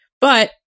but-